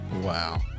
Wow